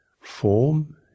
form